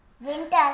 Winter